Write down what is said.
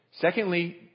Secondly